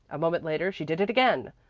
a moment later she did it again.